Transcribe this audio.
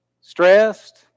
stressed